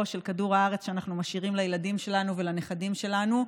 של כדור הארץ שאנחנו משאירים לילדים שלנו ולנכדים שלנו.